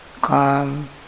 calm